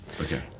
Okay